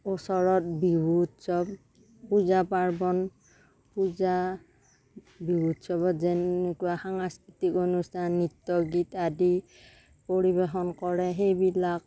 ওচৰত বিহু উৎসৱ পূজা পাৰ্বণ পূজা বিহু উৎসৱত যেনেকোৱা সাংস্কৃতিক অনুষ্ঠান নৃত্য গীত আদি পৰিবেশন কৰে সেইবিলাক